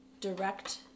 direct